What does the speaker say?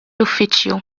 uffiċċju